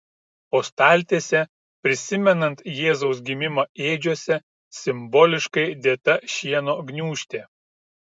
po staltiese prisimenant jėzaus gimimą ėdžiose simboliškai dėta šieno gniūžtė